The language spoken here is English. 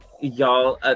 y'all